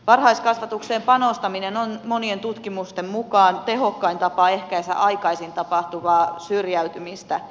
varhaiskasvatukseen panostaminen on monien tutkimusten mukaan tehokkain tapa ehkäistä aikaisin tapahtuvaa syrjäy tymistä